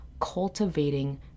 cultivating